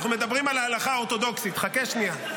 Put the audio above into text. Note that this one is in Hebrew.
אנחנו מדברים על ההלכה האורתודוקסית, חכה שנייה.